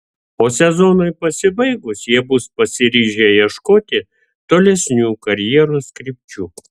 o sezonui pasibaigus jie bus pasiryžę ieškoti tolesnių karjeros krypčių